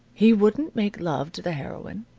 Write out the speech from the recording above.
he wouldn't make love to the heroine.